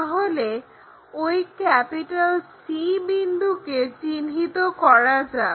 তাহলে ওই C বিন্দুকে চিহ্নিত করা যাক